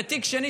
ותיק שני,